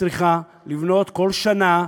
צריכה לבנות כל שנה,